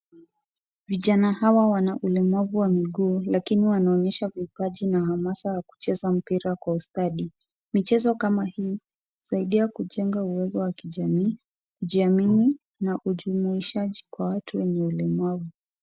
Vijana hawa wana ulemavu wa miguu, lakini wanaonyesha vipaji na hamasa ya kucheza mpira kwa ustadi. Michezo kama hii husaidia kujenga uwezo wa kijamii, kujiamini, na ujumuishaji kwa watu wenye ulemavu.